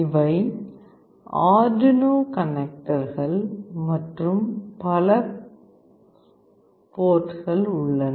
இவை அர்டுயினோ கனெக்டர்கள் மற்றும் பல போர்ட்கள் உள்ளன